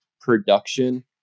production